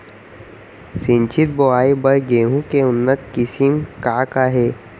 सिंचित बोआई बर गेहूँ के उन्नत किसिम का का हे??